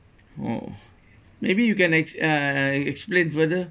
orh maybe you can ex~ uh explain further